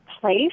place